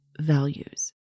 values